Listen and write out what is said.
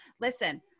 listen